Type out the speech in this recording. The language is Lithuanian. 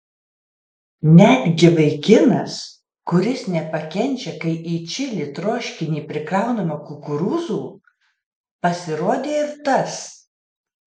netgi vaikinas kuris nepakenčia kai į čili troškinį prikraunama kukurūzų pasirodė ir tas